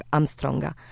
Armstronga